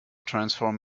transform